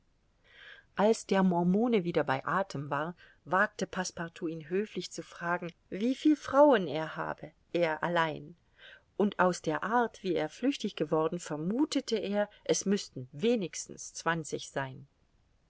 als der mormone wieder bei athem war wagte passepartout ihn höflich zu fragen wieviel frauen er habe er allein und aus der art wie er flüchtig geworden vermuthete er es müßten wenigstens zwanzig sein